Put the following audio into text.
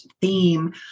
theme